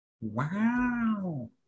Wow